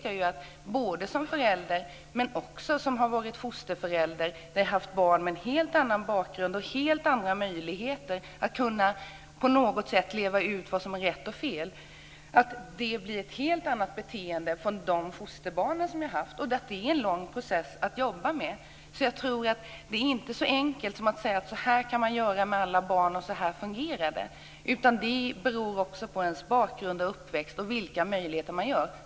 Jag har varit fosterförälder också och haft hand om barn med en helt annan bakgrund och helt andra möjligheter att leva ut vad som är rätt och fel. De fosterbarnen har haft en helt annat beteende. Det är en lång process att jobba med detta. Jag tror inte att det är så enkelt att man kan säga att så här kan man göra med alla barn och så här fungerar det. Det beror också på vilken bakgrund och uppväxt och vilka möjligheter man har.